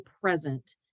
present